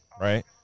right